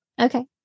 Okay